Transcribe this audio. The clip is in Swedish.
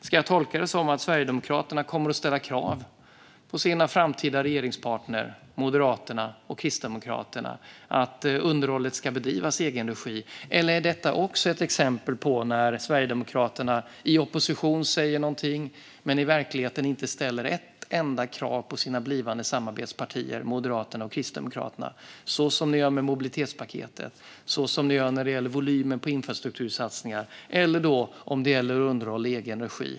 Ska jag tolka det som att Sverigedemokraterna kommer att ställa krav på sina framtida regeringspartner Moderaterna och Kristdemokraterna om att underhållet ska bedrivas i egen regi? Eller är detta också ett exempel på att Sverigedemokraterna i opposition säger någonting men i verkligheten inte ställer ett enda krav på sina blivande samarbetspartier Moderaterna och Kristdemokraterna? Det är så ni gör med mobilitetspaketet och när det gäller volymen på infrastruktursatsningar. Gör ni det också när det gäller underhåll i egen regi?